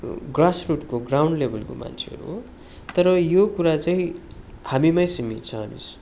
ग्रासरुटको ground लेवलको मान्छेहरू हो तर यो कुरा चाहिँ हामीमै सीमित छ हेर्नु होस्